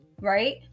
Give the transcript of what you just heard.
right